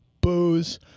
booze